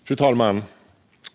Fru talman!